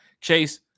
Chase